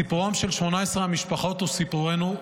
סיפורם של 18 המשפחות הוא סיפורנו,